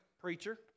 preacher